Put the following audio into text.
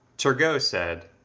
turgot said,